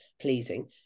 pleasing